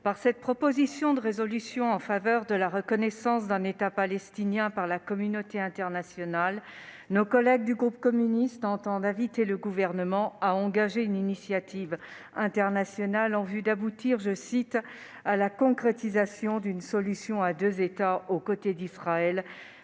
par cette proposition de résolution en faveur de la reconnaissance d'un État palestinien par la communauté internationale, nos collègues du groupe communiste entendent inviter le Gouvernement à engager une initiative internationale en vue d'aboutir « à la concrétisation d'une solution à deux États et à la